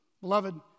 Beloved